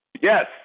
Yes